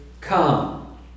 Come